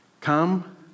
Come